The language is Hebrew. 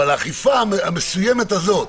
אבל האכיפה המסוימת הזו,